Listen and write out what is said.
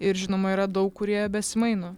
ir žinoma yra daug kurie besimaino